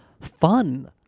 fun